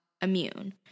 immune